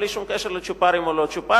בלי שום קשר לצ'ופרים או לא צ'ופרים.